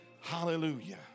Hallelujah